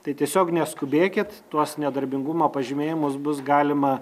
tai tiesiog neskubėkit tuos nedarbingumo pažymėjimus bus galima